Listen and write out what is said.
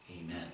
Amen